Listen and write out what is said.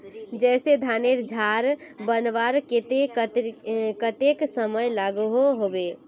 जैसे धानेर झार बनवार केते कतेक समय लागोहो होबे?